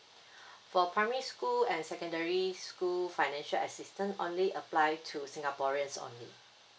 for primary school and secondary school financial assistance only applied to singaporeans only